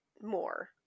more